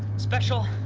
special,